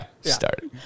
Start